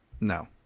no